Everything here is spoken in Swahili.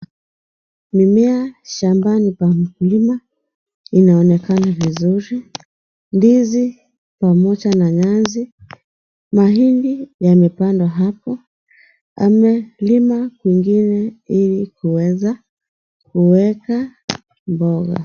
Mimea shambani pa mkulima inaonekana vizuri, ndizi pamoja na nyasi. Mahindi yamepandwa hapo. Amelima kwingine ili kuweza kuweka mboga.